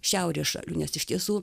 šiaurės šalių nes iš tiesų